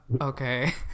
okay